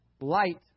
light